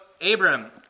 Abram